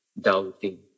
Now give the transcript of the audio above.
doubting